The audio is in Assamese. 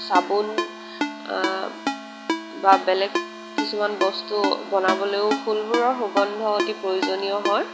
চাবোন বা বেলেগ কিছুমান বস্তু বনাবলৈও ফুলবোৰৰ সুগন্ধ অতি প্ৰয়োজনীয় হয়